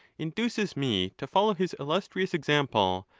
induces me to follow his illustrious example,